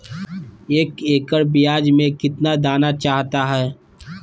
एक एकड़ प्याज में कितना दाना चाहता है?